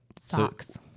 socks